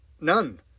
None